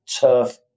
turf